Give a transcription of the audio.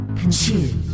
consume